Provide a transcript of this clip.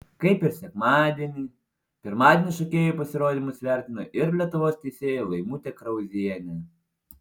kaip ir sekmadienį pirmadienį šokėjų pasirodymus vertino ir lietuvos teisėja laimutė krauzienė